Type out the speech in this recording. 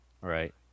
right